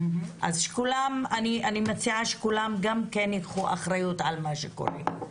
אני מציעה שכולם ייקחו אחריות על מה שקורה.